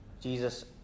Jesus